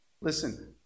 Listen